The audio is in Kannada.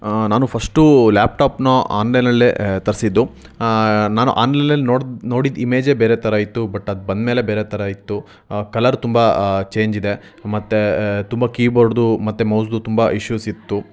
ನಾನು ಫಸ್ಟು ಲ್ಯಾಪ್ಟಾಪ್ನ ಆನ್ಲೇನಲ್ಲೇ ತರಿಸಿದ್ದು ನಾನು ಆನ್ಲೇನಲ್ಲಿ ನೋಡಿದ ನೋಡಿದ್ದ ಇಮೇಜೇ ಬೇರೆ ಥರ ಇತ್ತು ಬಟ್ ಅದು ಬಂದ್ಮೇಲೆ ಬೇರೆ ಥರ ಇತ್ತು ಕಲರ್ ತುಂಬ ಚೇಂಜ್ ಇದೆ ಮತ್ತು ತುಂಬ ಕೀಬೋರ್ಡ್ದು ಮತ್ತು ಮೌಸ್ದು ತುಂಬ ಇಶ್ಯೂಸ್ ಇತ್ತು